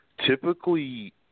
Typically